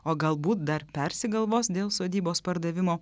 o galbūt dar persigalvos dėl sodybos pardavimo